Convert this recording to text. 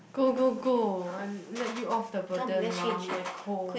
go go go I'm let you off the burden while I'm like cold